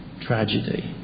tragedy